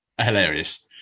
hilarious